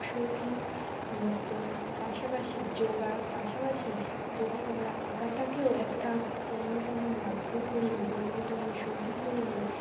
সঙ্গীত নৃত্যর পাশাপাশি যোগার পাশাপাশি যদি আমরা আঁকাটাকেও একটা অন্যতম মাধ্যম করে নিই অন্যতম সঙ্গী করে নিই